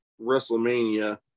WrestleMania